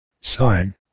sign